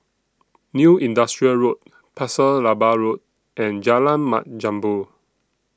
New Industrial Road Pasir Laba Road and Jalan Mat Jambol